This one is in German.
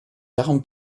darum